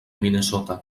minnesota